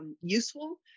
useful